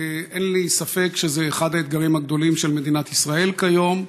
אין לי ספק שזה אחד האתגרים הגדולים של מדינת ישראל כיום,